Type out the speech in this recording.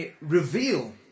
reveal